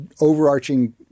overarching